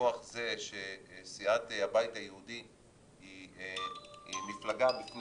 מכוח זה שסיעת הבית היהודי היא מפלגה בפני